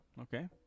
Okay